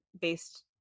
based